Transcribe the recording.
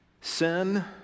sin